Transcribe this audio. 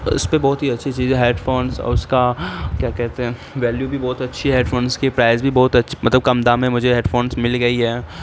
اس پہ بہت ہی اچھی چیز ہے ہیڈ فونس اور اس کا کیا کہتے ہیں ویلیو بھی بہت اچھی ہے ہیڈ فونس کی پرائز بھی بہت مطلب کم دام میں مجھے ہیڈ فونس مل گئی ہے